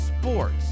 sports